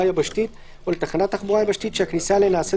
יבשתית או לתחנת תחבורה יבשתית שהכניסה אליהן נעשית